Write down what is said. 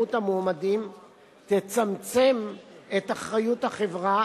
כשירות המועמדים תצמצם את אחריות החברה